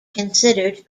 considered